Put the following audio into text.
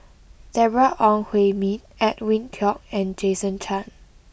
Deborah Ong Hui Min Edwin Koek and Jason Chan